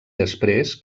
després